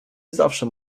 zawsze